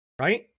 right